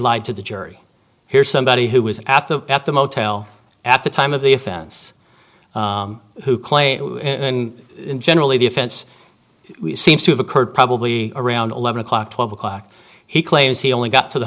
lied to the jury here's somebody who was at the at the motel at the time of the offense who claimed generally the offense seems to have occurred probably around eleven o'clock twelve o'clock he claims he only got to the